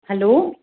hello